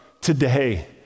today